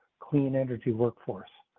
clean energy workforce.